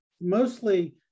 mostly